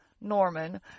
Norman